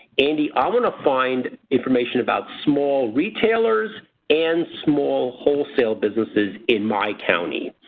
andy, i'm going to find information about small retailers and small wholesale businesses in my county.